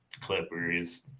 Clippers